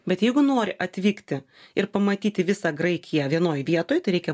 bet jeigu nori atvykti ir pamatyti visą graikiją vienoj vietoj tai reikia